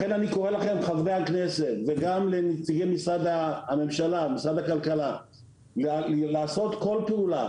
לכן אני קורא לכם חברי הכנסת ונציגי משרדי הממשלה לעשות כל פעולה,